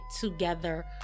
together